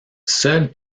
seuls